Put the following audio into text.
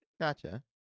Gotcha